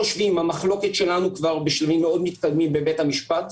המחלוקת שלנו כבר בשלבים מאוד מתקדמים בבית המשפט.